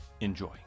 Enjoy